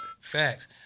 Facts